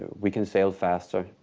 we can sail faster,